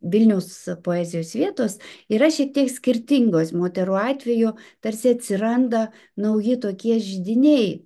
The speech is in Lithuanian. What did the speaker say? vilniaus poezijos vietos yra šiek tiek skirtingos moterų atveju tarsi atsiranda nauji tokie židiniai